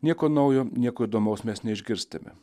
nieko naujo nieko įdomaus mes neišgirstame